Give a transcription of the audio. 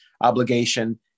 obligation